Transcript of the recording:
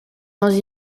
dans